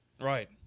Right